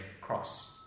Cross